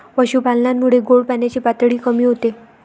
पशुपालनामुळे गोड पाण्याची पातळी कमी होते